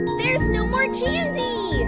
there's no more candy!